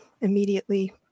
immediately